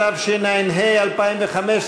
התשע"ה 2015,